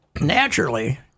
naturally